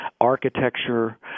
architecture